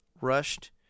rushed